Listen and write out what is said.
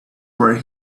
were